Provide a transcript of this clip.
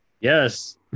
Yes